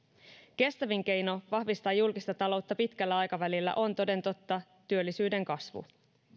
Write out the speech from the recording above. kestävin keino vahvistaa julkista taloutta pitkällä aikavälillä on toden totta työllisyyden kasvu